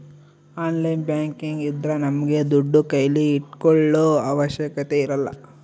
online banking ಇದ್ರ ನಮ್ಗೆ ದುಡ್ಡು ಕೈಲಿ ಇಟ್ಕೊಳೋ ಅವಶ್ಯಕತೆ ಇರಲ್ಲ